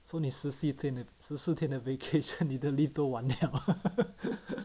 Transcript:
so 你是十四天十四天的 vacation 你的 leave 都完 liao